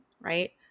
right